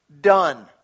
Done